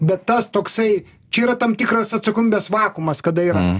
bet tas toksai čia yra tam tikras atsakomybės vakuumas kada yra